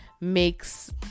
makes